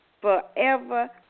forever